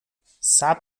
صبر